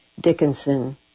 Dickinson